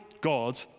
God